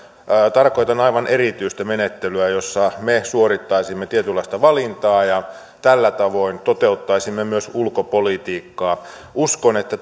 tarkoitan aivan erityistä menettelyä jossa me suorittaisimme tietynlaista valintaa ja tällä tavoin toteuttaisimme myös ulkopolitiikkaa uskon että